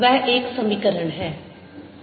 वह एक समीकरण है